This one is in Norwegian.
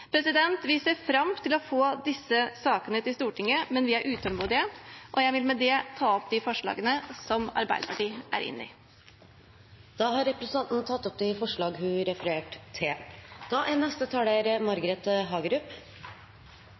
Vi ser fram til å få disse sakene til Stortinget, men vi er utålmodige. Jeg vil med det ta opp de forslagene som Arbeiderpartiet er inne i. Representanten Elise Bjørnebekk-Waagen har tatt opp de forslagene hun refererte til.